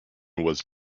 was